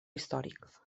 històric